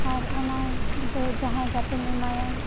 ᱟᱨ ᱚᱱᱟ ᱫᱚ ᱡᱟᱦᱟᱸᱭ ᱜᱟᱛᱮᱢ ᱮᱢᱟᱭᱟ